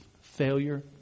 Failure